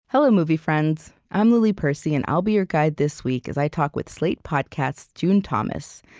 hello, movie friends. i'm lily percy, and i'll be your guide this week as i talk with slate podcasts' june thomas,